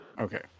Okay